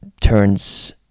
turns